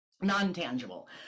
non-tangible